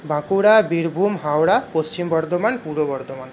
বাঁকুড়া বীরভূম হাওড়া পশ্চিম বর্ধমান পূর্ব বর্ধমান